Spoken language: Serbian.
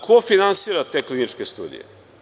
Ko finansira te kliničke studije?